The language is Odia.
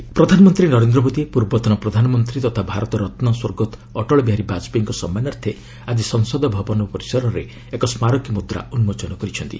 ପିଏମ୍ ବାଜପେୟୀ ପ୍ରଧାନମନ୍ତ୍ରୀ ନରେନ୍ଦ୍ର ମୋଦି ପୂର୍ବତନ ପ୍ରଧାନମନ୍ତ୍ରୀ ତଥା ଭାରତ ରତ୍ନ ସ୍ୱର୍ଗତ ଅଟଳ ବିହାରୀ ବାଜପେୟୀଙ୍କ ସମ୍ମାନାର୍ଥେ ଆଜି ସଂସଦ ଭବନ ପରିସରରେ ଏକ ସ୍କାରକୀ ମୁଦ୍ରା ଉନ୍କୋଚନ କରିଛନ୍ତି